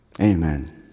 Amen